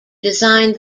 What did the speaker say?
designed